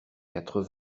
quatre